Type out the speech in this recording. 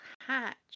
hatch